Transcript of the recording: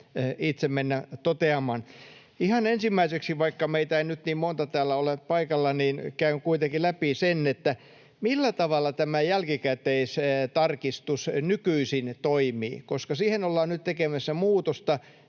itse mennä toteamaan. Ihan ensimmäiseksi, vaikka meitä ei nyt niin monta täällä ole paikalla, käyn kuitenkin läpi sen, millä tavalla tämä jälkikäteistarkistus nykyisin toimii. Koska siihen ollaan nyt tekemässä muutosta,